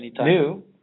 new